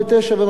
ו"מקדונלד'ס",